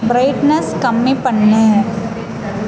brightness கம்மி பண்ணு